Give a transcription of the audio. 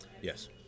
Yes